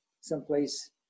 someplace